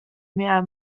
mehr